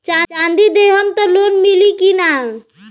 चाँदी देहम त लोन मिली की ना?